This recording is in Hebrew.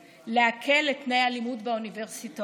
להקל על תנאי הלימוד באוניברסיטאות.